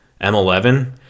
M11